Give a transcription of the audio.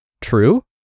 True